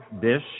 dish